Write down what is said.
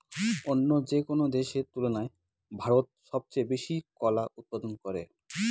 অন্য যেকোনো দেশের তুলনায় ভারত সবচেয়ে বেশি কলা উৎপাদন করে